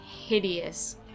hideous